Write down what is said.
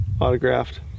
autographed